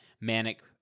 manic